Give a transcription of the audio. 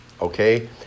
okay